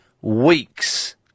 weeks